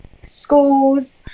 schools